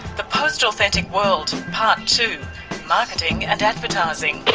the post-authentic world, part two marketing and advertising.